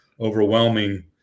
overwhelming